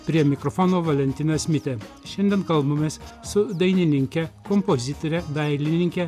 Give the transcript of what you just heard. prie mikrofono valentinas mitė šiandien kalbamės su dainininke kompozitore dailininke